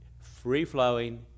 Free-flowing